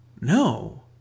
no